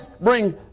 bring